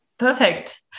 Perfect